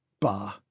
Bah